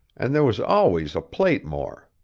and there was always a plate more.